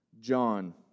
John